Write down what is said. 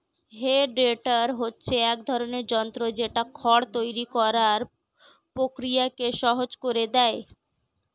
হে tedder হচ্ছে এক ধরণের যন্ত্র যেটা খড় তৈরী করার প্রক্রিয়াকে সহজ করে দেয়